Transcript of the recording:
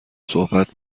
صحبت